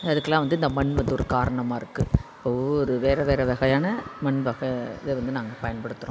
அதுக்கெல்லாம் வந்து இந்த மண் வந்து ஒரு காரணமாக இருக்குது இப்போது ஒரு வேறு வேறு வகையான மண் வகை இதை வந்து நாங்கள் பயன்படுத்துகிறோம்